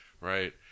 right